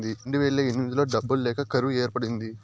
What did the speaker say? రెండువేల ఎనిమిదిలో డబ్బులు లేక కరువు ఏర్పడింది